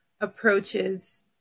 approaches